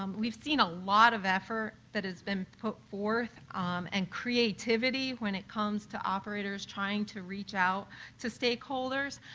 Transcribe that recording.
um we've seen a lot of effort that has been put forth and creativity when it comes to operators trying to reach out to stakeholders,